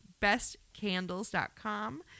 bestcandles.com